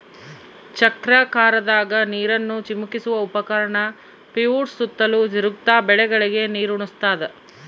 ಚಕ್ರಾಕಾರದಾಗ ನೀರನ್ನು ಚಿಮುಕಿಸುವ ಉಪಕರಣ ಪಿವೋಟ್ಸು ಸುತ್ತಲೂ ತಿರುಗ್ತ ಬೆಳೆಗಳಿಗೆ ನೀರುಣಸ್ತಾದ